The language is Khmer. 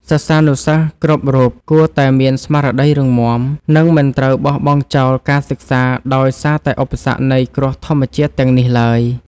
សិស្សានុសិស្សគ្រប់រូបគួរតែមានស្មារតីរឹងមាំ និង មិនត្រូវបោះបង់ចោលការសិក្សាដោយសារតែឧបសគ្គនៃគ្រោះធម្មជាតិទាំងនេះឡើយ។